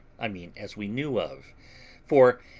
i mean as we knew of for,